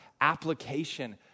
application